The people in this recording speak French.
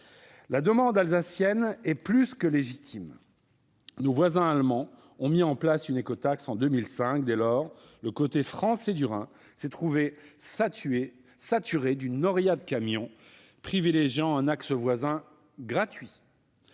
La demande alsacienne est plus que légitime. Nos voisins allemands ont mis en place une écotaxe en 2005. Depuis lors, le côté français du Rhin s'est trouvé saturé d'une noria de camions privilégiant un axe voisin gratuit.